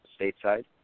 stateside